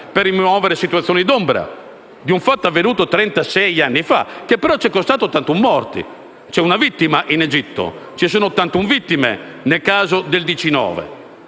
per rimuovere opacità e situazioni di ombra di un fatto avvenuto trentasei anni fa che ci è costato 81 morti. C'è una vittima in Egitto; ci sono 81 vittime nel caso del DC-9.